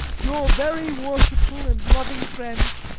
your very worshipful and loving friends,